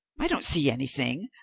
i don't see anything,